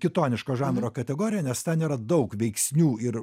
kitoniško žanro kategoriją nes ten yra daug veiksnių ir